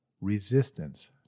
resistance